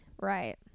Right